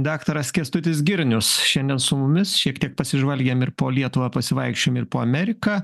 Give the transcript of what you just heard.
daktaras kęstutis girnius šiandien su mumis šiek tiek pasižvalgėm ir po lietuvą pasivaikščiojom ir po ameriką